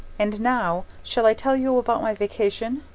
and now, shall i tell you about my vacation,